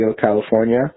California